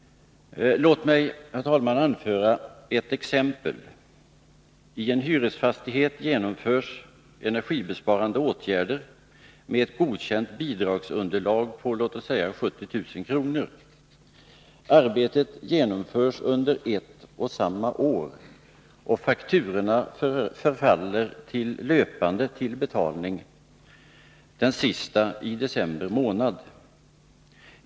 Låt mig, herr talman, anföra ett exempel. I en hyresfastighet genomförs energibesparande åtgärder med ett godkänt bidragsunderlag på låt oss säga 70 000 kr. Arbetet genomförs under ett och samma år, och fakturorna förfaller löpande till betalning, den sista i december månad.